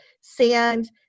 sand